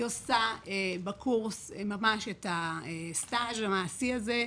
היא עושה בקורס את הסטאז' המעשי הזה,